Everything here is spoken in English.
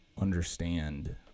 understand